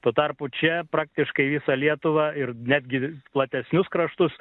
tuo tarpu čia praktiškai visą lietuvą ir netgi platesnius kraštus